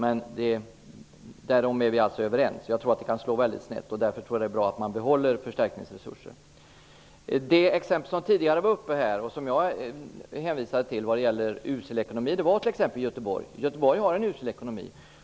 Vi är alltså överens om att det här kan slå mycket snett, och därför är det bra att man behåller förstärkningsresursen. Ett av de exempel som jag tidigare hänvisade till vad gäller kommuner med usel ekonomi var Varför har Göteborgs kommun usel ekonomi?